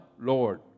Lord